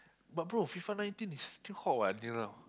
but bro FIFA ninteen is still hot what until now